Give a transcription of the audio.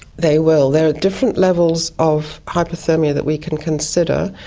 they will. there are different levels of hypothermia that we can consider.